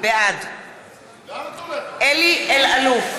בעד אלי אלאלוף,